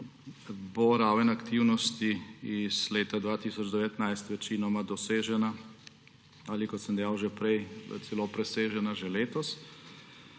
bo raven aktivnosti iz leta 2019 večinoma dosežena ali, kot sem dejal že prej, celo presežena že letos.